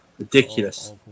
ridiculous